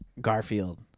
garfield